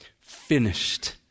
finished